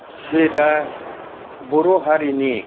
जे दा बर' हारिनि